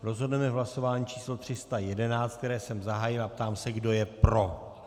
Rozhodneme v hlasování číslo 311, které jsem zahájil, a ptám se, kdo je pro.